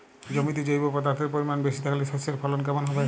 জমিতে জৈব পদার্থের পরিমাণ বেশি থাকলে শস্যর ফলন কেমন হবে?